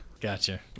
Gotcha